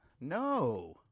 No